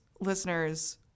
listeners